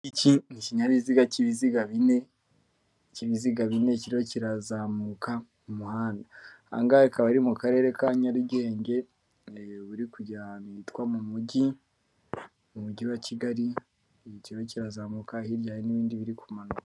Iki ni ikinyabiziga cy'ibiziga bine, cy'ibiziga bine kiriho kirazamuka umuhanda. Aha ngaha hakaba ari mu karere ka Nyarugenge, uri kujya ahantu hitwa mu mujyi, mu mujyi wa Kigali, kirimo kirazamuka hirya hari n'ibindi biri kumanuka.